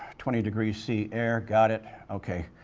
twenty degrees c air, got it. okay.